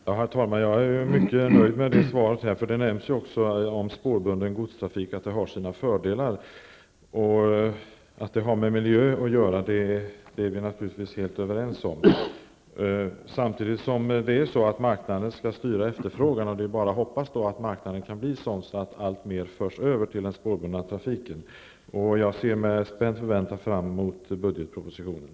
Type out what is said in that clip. Herr talman! Jag är mycket nöjd med svaret. Där nämns att spårbunden godstrafik har sina fördelar. Att detta har med miljö att göra är vi naturligtvis helt överens om. Det är marknaden som skall styra efterfrågan. Det är bara att hoppas att marknaden kan bli sådan att alltmer förs över till spårbunden trafik. Jag ser med spänd förväntan fram emot budgetpropositionen.